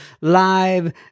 live